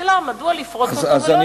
השאלה מדוע לפרוץ אותו ולא,